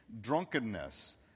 drunkenness